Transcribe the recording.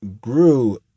grew